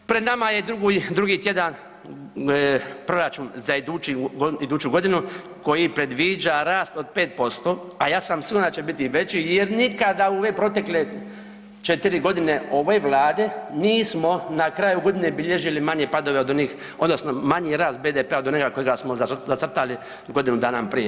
Pred nama je drugi, drugi tjedan proračun za iduću godinu koji predviđa rast od 5%, a ja sam siguran da će biti i veći jer nikada u ove protekle 4.g. ove vlade nismo na kraju godine bilježili manje padove od onih odnosno manji rast BDP-a od onoga kojega smo zacrtali godinu dana prije.